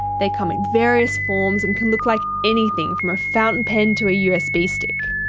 they come in various forms and can look like anything from a fountain pen to a usb stick.